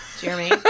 Jeremy